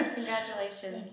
Congratulations